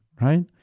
right